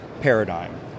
paradigm